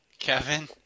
Kevin